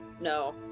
no